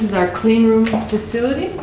our clean-room facility.